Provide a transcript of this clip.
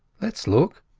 let's look,